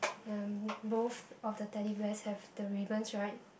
and both of the Teddy Bears have the ribbons [right]